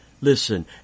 Listen